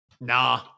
Nah